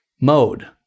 mode